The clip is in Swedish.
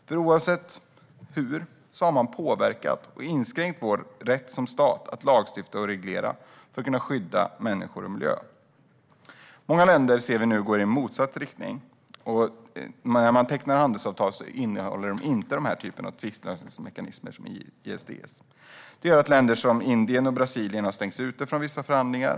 Oavsett hur man vänder på det har man påverkat och inskränkt vår rätt som stat att lagstifta och reglera för att kunna skydda människor och miljö. Vi ser nu att många länder går i motsatt riktning. När man tecknar handelsavtal innehåller dessa inte tvistlösningsmekanismer av denna typ, som ISDS. Detta gör att länder som Indien och Brasilien har stängts ute från vissa förhandlingar.